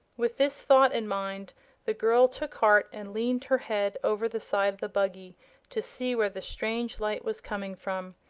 with this thought in mind the girl took heart and leaned her head over the side of the buggy to see where the strange light was coming from.